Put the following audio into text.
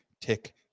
tick